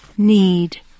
need